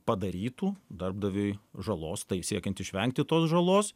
padarytų darbdaviui žalos tai siekiant išvengti tos žalos